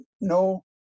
no